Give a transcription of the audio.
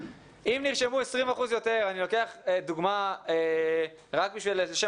אם נרשמו 20% יותר - אני לוקח דוגמה רק לשם